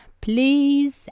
please